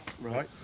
Right